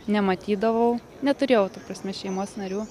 nematydavau neturėjau ta prasme šeimos narių